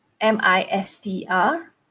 M-I-S-T-R